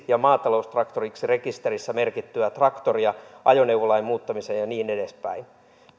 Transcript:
ja maataloustraktoriksi rekisterissä merkittyä traktoria ajoneuvolain muuttamisesta ja niin edespäin